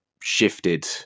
shifted